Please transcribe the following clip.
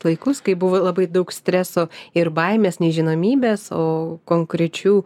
laikus kai buvo labai daug streso ir baimės nežinomybės o konkrečių